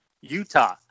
Utah